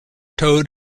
toad